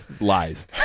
lies